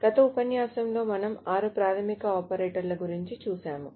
గత ఉపన్యాసం లో మనము ఆరు ప్రాథమిక ఆపరేటర్ల గురుంచి చూశాము